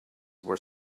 were